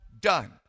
done